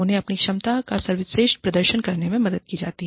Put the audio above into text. उन्हें अपनी क्षमता का सर्वश्रेष्ठ प्रदर्शन करने में मदद की जाती है